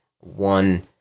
one